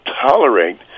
tolerate